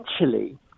essentially